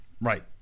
right